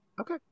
Okay